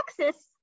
Texas